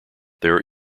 there